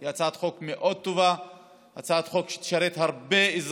היא הצעת חוק מאוד טובה,